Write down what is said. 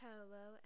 Hello